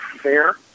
fair